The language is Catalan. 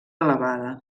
elevada